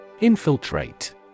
Infiltrate